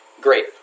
Great